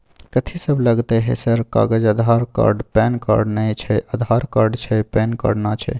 कथि सब लगतै है सर कागज आधार कार्ड पैन कार्ड नए छै आधार कार्ड छै पैन कार्ड ना छै?